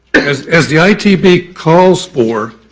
as as the itv calls for